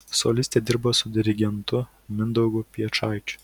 solistė dirbo su dirigentu mindaugu piečaičiu